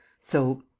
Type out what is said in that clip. so.